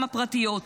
גם הפרטיות.